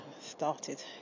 started